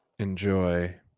Enjoy